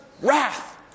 wrath